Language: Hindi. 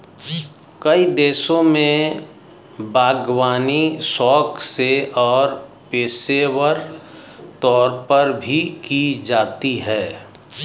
कई देशों में बागवानी शौक से और पेशेवर तौर पर भी की जाती है